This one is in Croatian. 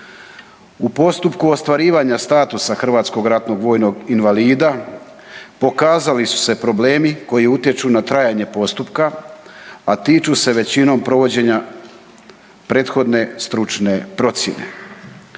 U postupku ostvarivanja statusa hrvatskog ratnog vojnog invalida pokazali su se problemi koji utječu na trajanje postupka a tiču se većinom provođenja prethodne stručne procjene.